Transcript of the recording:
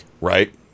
right